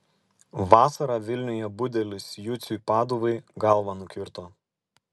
vasarą vilniuje budelis juciui paduvai galvą nukirto